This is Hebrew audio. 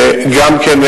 גם כן,